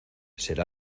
será